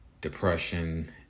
depression